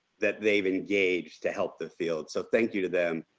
that they've engaged to help the field. so thank you to them.